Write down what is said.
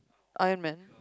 Iron-Man